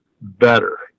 better